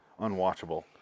unwatchable